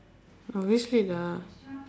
obviously lah